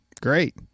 Great